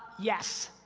yes!